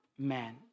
man